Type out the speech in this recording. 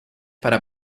para